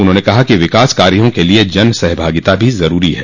उन्होंने कहा कि विकास कार्यो के लिए जन सहभागिता भी जरूरी है